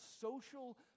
social